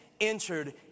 entered